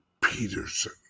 Peterson